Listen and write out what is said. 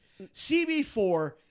CB4